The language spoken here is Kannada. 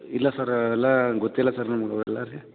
ಇಲ್ಲ ಸರ್ರ ಅವೆಲ್ಲ ಗೊತ್ತಿಲ್ಲ ಸರ್ರ ನಮಗೆ ಅವೆಲ್ಲ ರೀ